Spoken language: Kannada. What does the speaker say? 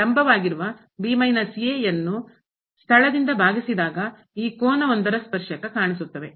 ಈ ಲಂಬವಾಗಿರುವ ಯನ್ನು ಸ್ಥಳ ದಿಂದ ಭಾಗಿಸಿದಾಗ ಈ ಕೋನ ವೊಂದರ ಸ್ಪರ್ಶಕ ಕಾಣಿಸುತ್ತವೆ